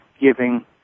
giving